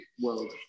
world